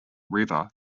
river